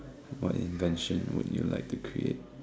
what invention would you like to create